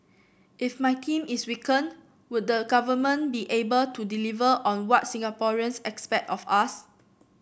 if my team is weakened would the government be able to deliver on what Singaporeans expect of us